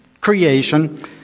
creation